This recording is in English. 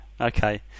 Okay